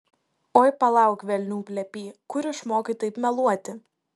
oi palauk velnių plepy kur išmokai taip meluoti